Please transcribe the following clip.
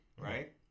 Right